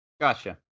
Gotcha